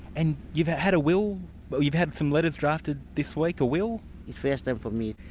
and you've had a will you've had some letters drafted this week a will? the first time for me.